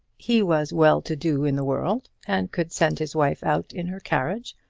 he was well to do in the world, and could send his wife out in her carriage,